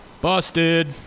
Busted